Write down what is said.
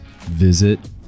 visit